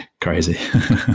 crazy